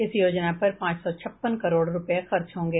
इस योजना पर पांच सौ छप्पन करोड़ रूपये खर्च होंगे